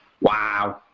Wow